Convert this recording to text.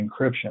encryption